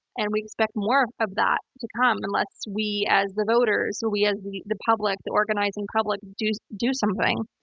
and we expect more of that to come unless we as the voters, we as the the public, the organizing public, do do something